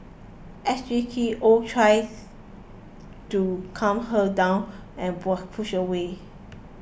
S G T oh tries to calm her down and was pushed away